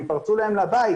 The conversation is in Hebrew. אם פרצו להם לבית,